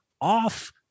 off